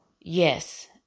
yes